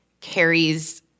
carries